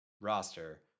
roster